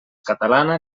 catalana